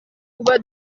kuba